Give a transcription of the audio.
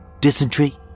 dysentery